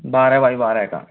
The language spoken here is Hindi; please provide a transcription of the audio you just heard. बारह बाई बारह का